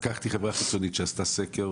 לקחתי חברה חיצונית שעשתה סקר